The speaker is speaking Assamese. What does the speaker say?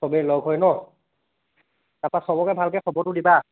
চবেই লগ হৈ ন তাৰাপা চবকে ভালকৈ খবৰটো দিবা